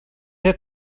had